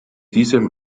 diesem